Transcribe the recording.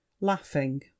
laughing